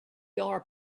are